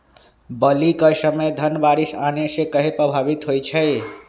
बली क समय धन बारिस आने से कहे पभवित होई छई?